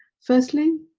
firstly,